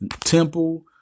Temple